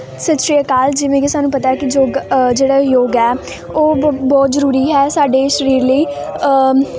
ਸਤਿ ਸ਼੍ਰੀ ਅਕਾਲ ਜਿਵੇਂ ਕਿ ਸਾਨੂੰ ਪਤਾ ਹੈ ਕਿ ਜੋਗ ਜਿਹੜਾ ਇਹ ਯੋਗ ਹੈ ਉਹ ਬਹੁਤ ਜ਼ਰੂਰੀ ਹੈ ਸਾਡੇ ਸਰੀਰ ਲਈ